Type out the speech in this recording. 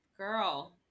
girl